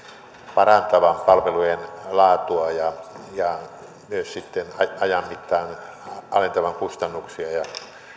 parantavan palvelujen laatua ja ja myös sitten ajan mittaan alentavan kustannuksia ja